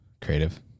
creative